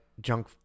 junk